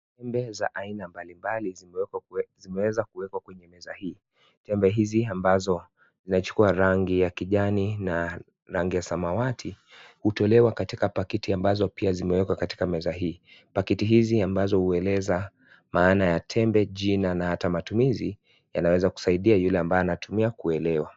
Tembe za aina mbalimbali zimeweza kuwekwa kwenye meza hii. Tembe hizi ambazo zinachukua rangi ya kijani na samawati hutolewa katika pakiti ambazo pia zimewekwa katika meza hii. Pakiti hizi ambazo hueleza Maana ya tembe, jina na hata matumizi yanaweza kusaidia yule ambaye anatumia kuelewa.